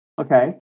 okay